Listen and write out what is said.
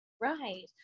Right